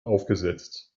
aufgesetzt